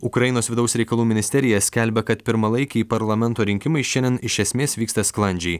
ukrainos vidaus reikalų ministerija skelbia kad pirmalaikiai parlamento rinkimai šiandien iš esmės vyksta sklandžiai